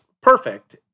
perfect